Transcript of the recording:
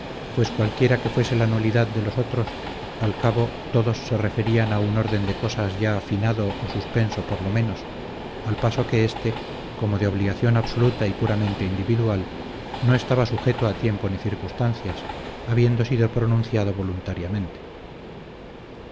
pues cualquiera que fuese la nulidad de los otros al cabo todos se referían a un orden de cosas ya finado o suspenso por lo menos al paso que éste como de obligación absoluta y puramente individual no estaba sujeto a tiempo ni circunstancias habiendo sido pronunciado voluntariamente